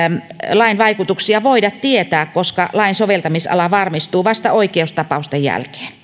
lain vaikutuksia voida tietää koska lain soveltamisala varmistuu vasta oikeustapausten jälkeen